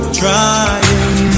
trying